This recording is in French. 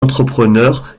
entrepreneur